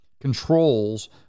controls